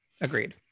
agreed